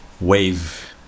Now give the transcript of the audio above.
Wave